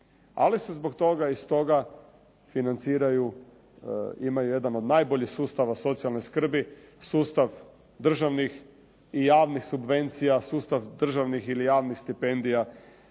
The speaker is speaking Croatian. Ali se zbog toga iz toga financiraju, imaju jedan od najboljih sustava socijalne skrbi, sustav državnih i javnih subvencija, sustav državnih ili javnih stipendija